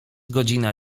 godzina